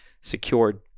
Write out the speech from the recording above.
secured